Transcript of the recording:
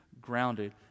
grounded